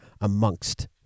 amongst